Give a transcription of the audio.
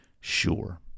sure